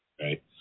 right